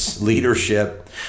leadership